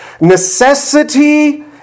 necessity